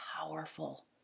powerful